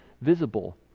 visible